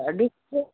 ॾाढी